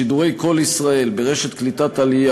שידורי "קול ישראל" ברשת קליטת עלייה,